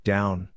Down